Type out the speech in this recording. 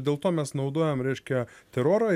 dėl to mes naudojam reiškia terorą